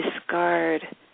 discard